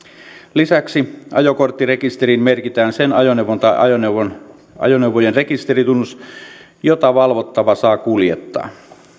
lisäksi ajokorttirekisteriin merkitään sen ajoneuvon tai ajoneuvojen rekisteritunnus joita valvottava saa kuljettaa